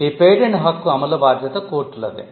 ఈ పేటెంట్ హక్కు అమలు బాధ్యత కోర్టులదే